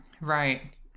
right